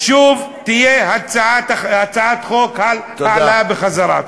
שוב תהיה הצעת חוק, על העלאה בחזרה.